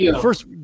First